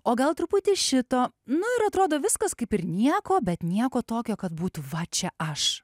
o gal truputį šito nu ir atrodo viskas kaip ir nieko bet nieko tokio kad būtų va čia aš